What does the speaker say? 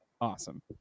Awesome